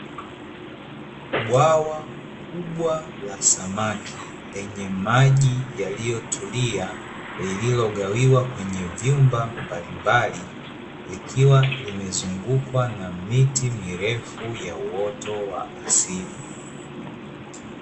Bwawa kubwa la samaki lenye maji yaliyotulia, lililogawiwa kwenye vyumba mbalimbali, likiwa limezungukwa na miti mirefu ya uoto wa asili.